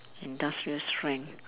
industrial strength